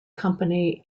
company